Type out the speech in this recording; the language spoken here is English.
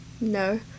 No